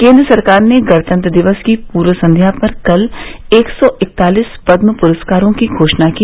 केन्द्र सरकार ने गणतंत्र दिवस की पूर्व संध्या पर कल एक सौ इकतालिस पदम प्रस्कारों की घोषणा की